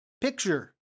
picture